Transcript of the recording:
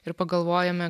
ir pagalvojome